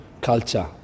culture